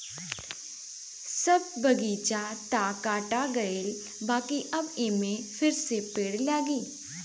सब बगीचा तअ काटा गईल बाकि अब एमे फिरसे पेड़ लागी